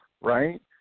right